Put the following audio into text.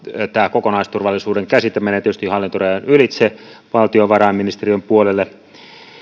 tämä kokonaisturvallisuuden käsite menee tietysti hallintorajojen ylitse valtiovarainministeriön puolelle